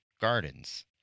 gardens